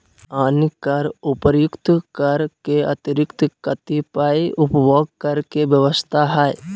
अन्य कर उपर्युक्त कर के अतिरिक्त कतिपय उपभोग कर के व्यवस्था ह